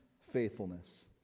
faithfulness